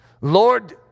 Lord